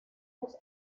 los